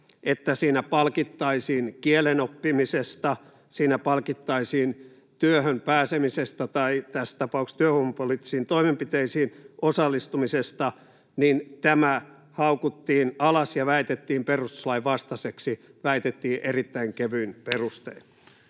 että siinä palkittaisiin kielen oppimisesta, siinä palkittaisiin työhön pääsemisestä tai tässä tapauksessa työvoimapoliittisiin toimenpiteisiin osallistumisesta, niin tämä haukuttiin alas ja sitä väitettiin perustuslain vastaiseksi, väitettiin erittäin kevyin perustein.